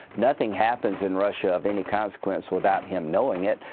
nothing happens in russia of any consequence without him knowing it.